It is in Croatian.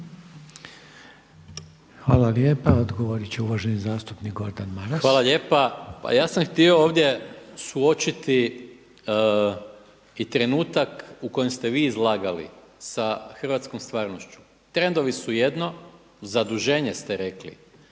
Hvala lijepa. Odgovorit će uvaženi zastupnik Gordan Maras. **Maras, Gordan (SDP)** Hvala lijepa. Pa ja sam htio ovdje suočiti i trenutak u kojem ste vi izlagali sa hrvatskom stvarnošću. Trendovi su jedno, zaduženje ste rekli,